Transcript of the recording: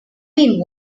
been